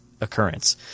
occurrence